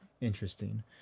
Interesting